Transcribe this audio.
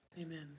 Amen